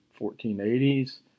1480s